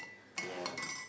ya